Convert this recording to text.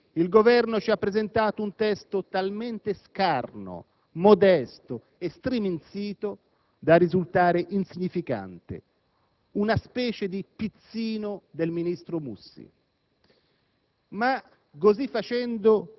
autonomia. Il Governo ci ha invece presentato un testo talmente scarno, modesto e striminzito da risultare insignificante; una specie di «pizzino» del ministro Mussi.